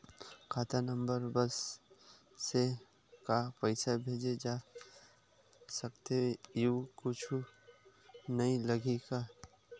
खाता नंबर बस से का पईसा भेजे जा सकथे एयू कुछ नई लगही का?